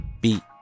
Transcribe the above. beat